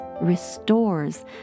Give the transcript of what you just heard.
restores